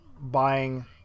buying